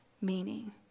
meaning